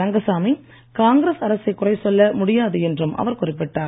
ரங்கசாமி காங்கிரஸ் அரசைக் குறை சொல்ல முடியாது என்றும் அவர் குறிப்பிட்டார்